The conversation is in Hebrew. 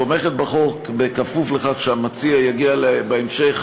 תומכת בחוק בכפוף לכך שהמציע יגיע בהמשך